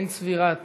אין צבירת